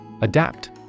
Adapt